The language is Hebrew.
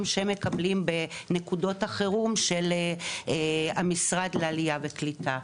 שמקבלים בנקודות החירום של המשרד לעלייה וקליטה.